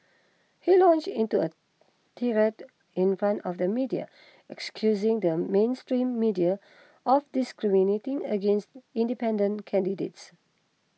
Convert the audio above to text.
he launched into a tirade in front of the media excusing the mainstream media of discriminating against independent candidates